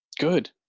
Good